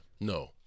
no